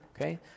Okay